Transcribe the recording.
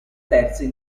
terzi